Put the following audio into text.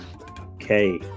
Okay